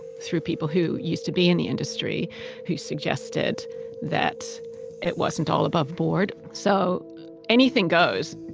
through people who used to be in the industry who suggested that it wasn't all above board. so anything goes.